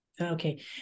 Okay